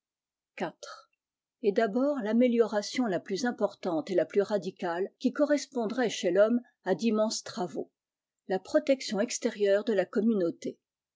et d'abord tamélioration la plus importante et la plus radicale qui correspondrait chez l'homme à d'immenses travaux la protection extérieure de la communauté